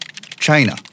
China